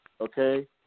Okay